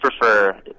prefer